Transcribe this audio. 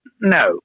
No